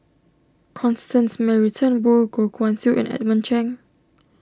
Constance Mary Turnbull Goh Guan Siew and Edmund Cheng